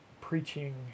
preaching